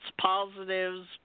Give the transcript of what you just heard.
positives